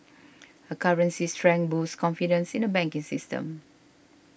a currency's strength boosts confidence in the banking system